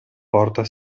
porta